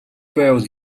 байвал